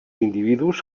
individus